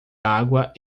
água